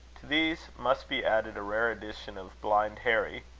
to these must be added a rare edition of blind harry.